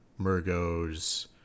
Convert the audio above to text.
Murgo's